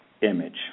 image